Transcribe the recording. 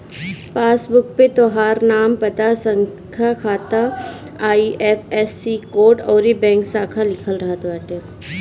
passbook पे तोहार नाम, पता, खाता संख्या, आई.एफ.एस.सी कोड अउरी बैंक शाखा लिखल रहत बाटे